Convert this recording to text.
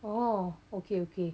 oh okay okay